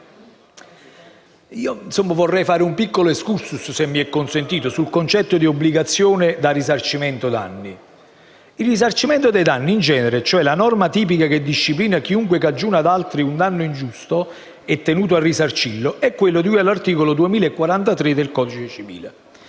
vorrei fare un piccolo *excursus* sul concetto di obbligazione da risarcimento danni. Il risarcimento dei danni in genere, cioè la norma tipica che disciplina che chiunque cagiona ad altri un danno ingiusto è tenuto a risarcirlo, è quello di cui all'articolo 2043 del codice civile